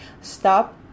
stop